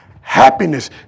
happiness